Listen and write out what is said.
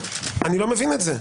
אני לא מבין את זה.